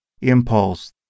impulse